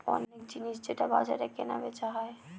অনেক জিনিস যেটা বাজারে কেনা বেচা হয়